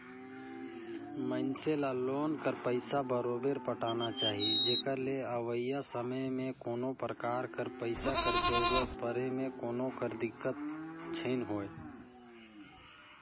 मइनसे ल लोन कर पइसा बरोबेर पटाना चाही जेकर ले अवइया समे में कोनो परकार कर पइसा कर जरूरत परे में कोनो कर दिक्कत झेइन होए